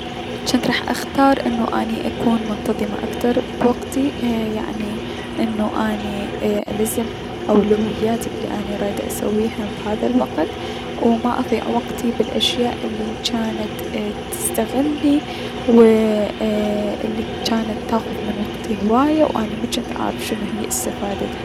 جنت راح اختار انو اكون منتظمة اكثر بوقتي يعني انو اني الزم اولوياتي الي اني رايدة اسويهم بهذا الوقت، و ما اضيع وقتي بلأشياء الي جانت تستغلني وو ايي- الي جانت تاخذ من وقتي هواية و اني مجنت اعرف شنو هي استفادتها.